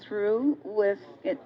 through with it